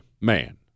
man